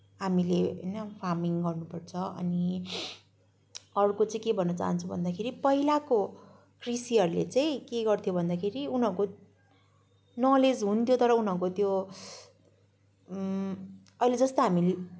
हामीले होइन फार्मिङ गर्नपर्छ अनि अर्को चाहिँ के भन्न चाहन्छु भन्दाखेरि पहिलाको कृषिहरूले चाहिँ के गर्थ्यो भन्दाखेरि उनीहरूको नलेज हुन्थ्यो तर उनीहरूको त्यो अहिले जस्तो हामीले